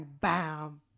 bam